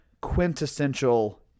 quintessential